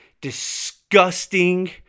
disgusting